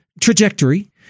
trajectory